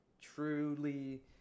truly